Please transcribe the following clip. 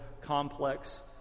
complex